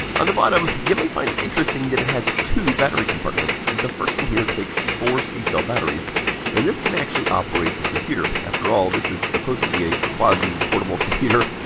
on the bottom, you may find it interesting that it has two battery compartments. the first one here takes four c cell batteries and this can actually operate the computer. after all, this is supposed to be a quasi-portable computer.